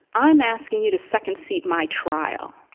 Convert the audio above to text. i'm asking you to second seat my trial.